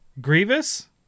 Grievous